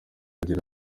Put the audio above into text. agira